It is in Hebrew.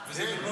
וזה גם לא נכון.